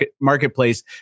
marketplace